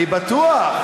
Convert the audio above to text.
אני בטוח.